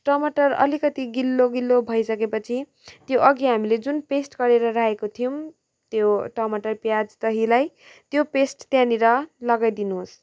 टमाटर अलिकति गिलो गिलो भई सकेपछि त्यो अघि हामीले जुन पेस्ट गरेर राखेको थियौँ त्यो टमाटर प्याज दहीलाई त्यो पेस्ट त्यहाँनिर लगाइदिनुहोस्